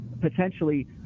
potentially